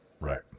right